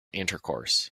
intercourse